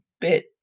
bit